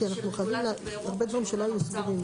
כי אנחנו חייבים הרבה דברים שלא היו סגורים.